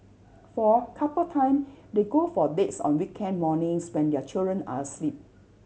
for couple time they go for dates on weekend mornings when their children are asleep